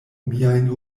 miajn